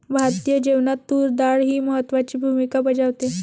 भारतीय जेवणात तूर डाळ ही महत्त्वाची भूमिका बजावते